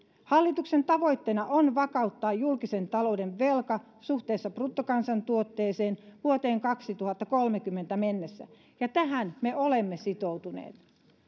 hallituksen tavoitteena on vakauttaa julkisen talouden velka suhteessa bruttokansantuotteeseen vuoteen kaksituhattakolmekymmentä mennessä ja tähän me olemme sitoutuneet